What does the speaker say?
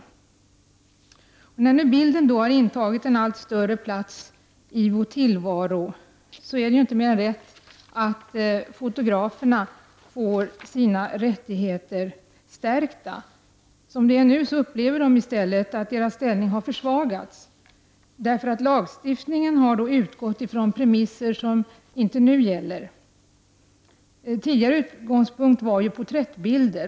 När nu bilden har intagit en allt större plats i vår tillvaro är det inte mer än rätt att fotograferna får sina rättigheter stärkta. Som det är nu upplever de i stället att deras ställning har försvagats eftersom lagstiftningen har utgått ifrån premisser som inte längre gäller. Tidigare utgångspunkt var ju porträttbilder.